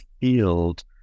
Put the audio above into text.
field